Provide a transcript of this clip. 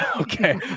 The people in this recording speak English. okay